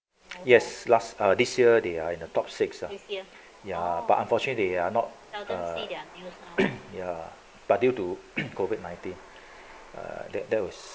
yes last uh this year they are in the top six ah ya but unfortunately they are not uh ya but due to COVID nineteen uh that that was